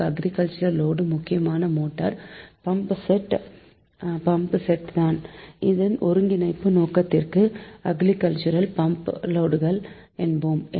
இந்த agriculture load முக்கியமாக motor pump set தான் இந்த ஒருங்கிணைப்பு நோக்கத்திற்கு அக்ரிகல்ச்சுரல் லோடுகள் என்போம்